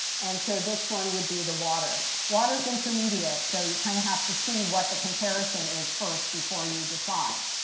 and so this one would be the water. water's intermediate. so you kind of have to see what the comparison is first before you decide.